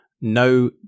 no